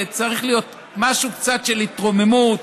צריך להיות משהו קצת של התרוממות.